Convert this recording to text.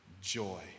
joy